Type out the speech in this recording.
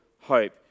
hope